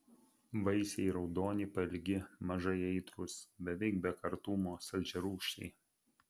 vaisiai raudoni pailgi mažai aitrūs beveik be kartumo saldžiarūgščiai